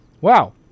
Wow